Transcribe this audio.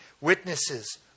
witnesses